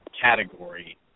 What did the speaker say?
category